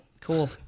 Cool